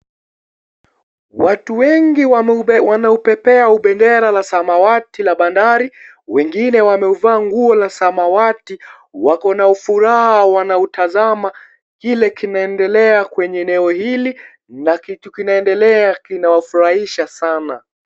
Watu wengi wanaubebea pendera la samawati la bandari. Wengine wameuvaa nguo la samawati. Wako na furaha wanautazama kile kinaendelea kwenye eneo hili na kitu kinaendelea linawafurahisha Sana.